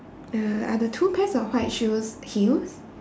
uh are the two pairs of white shoes heels